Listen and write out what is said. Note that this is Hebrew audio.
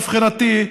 מבחינתי,